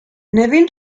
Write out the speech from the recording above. nevin